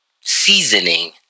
seasoning